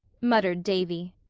muttered davy.